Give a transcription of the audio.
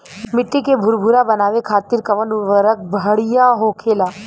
मिट्टी के भूरभूरा बनावे खातिर कवन उर्वरक भड़िया होखेला?